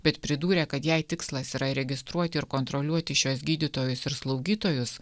bet pridūrė kad jei tikslas yra registruoti ir kontroliuoti šiuos gydytojus ir slaugytojus